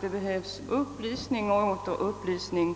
Det behövs upplysning och åter upplysning